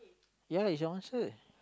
ya it's your answer